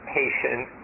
patient